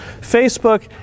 Facebook